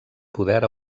poder